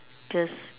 just